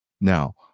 Now